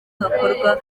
hakorwa